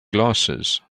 glasses